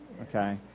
Okay